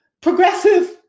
Progressive